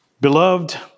Beloved